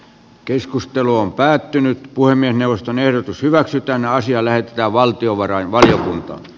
keskustelu on päättynyt puhemiesneuvoston ehdotus hyväksytään asia näyttää valtiovarainvaliokuntaa